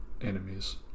enemies